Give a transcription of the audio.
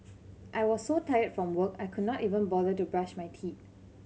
I was so tired from work I could not even bother to brush my teeth